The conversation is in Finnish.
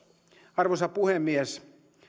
arvoisa puhemies